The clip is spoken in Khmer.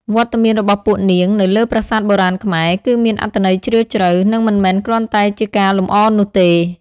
វត្តមានរបស់ពួកនាងនៅលើប្រាសាទបុរាណខ្មែរ គឺមានអត្ថន័យជ្រាលជ្រៅ និងមិនមែនគ្រាន់តែជាការលម្អនោះទេ។